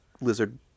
lizard